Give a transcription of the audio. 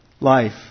life